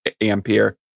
Ampere